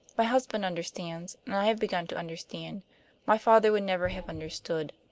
my husband understands, and i have begun to understand my father would never have understood.